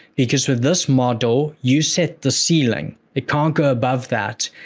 because with this model, you set the ceiling. it can't go above that,